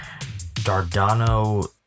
Dardano